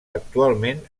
actualment